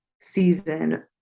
season